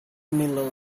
miller